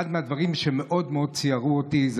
אחד מהדברים שמאוד מאוד ציערו אותי זה